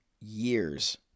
years